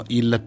il